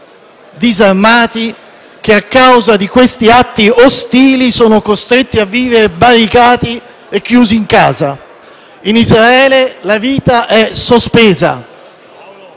disarmati, che a causa di questi atti ostili sono costretti a vivere barricati e chiusi in casa. In Israele la vita è sospesa.